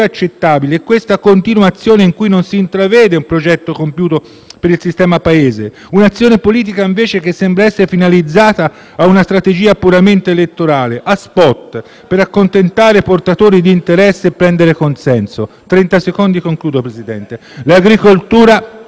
accettabile è questa continua azione di cui non si intravede un progetto compiuto per il sistema paese: un'azione politica che sembra piuttosto finalizzata a una strategia puramente elettorale, fatta di *spot*, per accontentare portatori di interessi e ottenere consenso. In conclusione, Presidente, l'agricoltura,